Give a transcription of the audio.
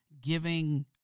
giving